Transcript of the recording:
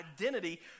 identity